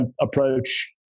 approach